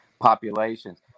populations